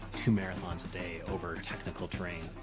two marathons a day over technical terrain.